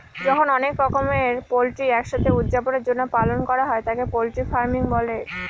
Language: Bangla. যখন অনেক রকমের পোল্ট্রি এক সাথে উপার্জনের জন্য পালন করা হয় তাকে পোল্ট্রি ফার্মিং বলে